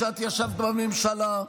כשאת ישבת בממשלה.